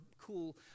cool